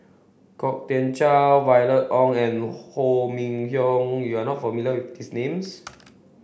Kwok Kian Chow Violet Oon and Ho Minfong you are not familiar with these names